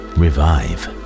revive